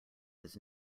his